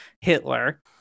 Hitler